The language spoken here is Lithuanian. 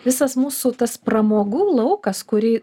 visas mūsų tas pramogų laukas kurį